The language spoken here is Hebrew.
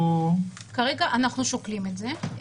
כרגע אנחנו שוקלים את זה.